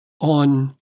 on